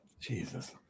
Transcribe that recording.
Jesus